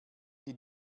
die